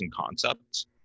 concepts